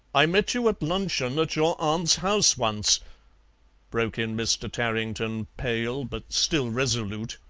i met you at luncheon at your aunt's house once broke in mr. tarrington, pale but still resolute.